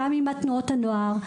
גם עם תנועות הנוער,